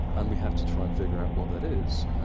and we have to try and figure out what that is,